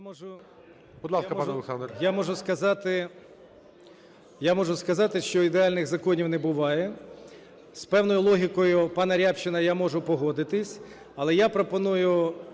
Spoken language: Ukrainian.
Я можу сказати, що ідеальних законів не буває. З певною логікою пана Рябчина я можу погодитися, але я пропоную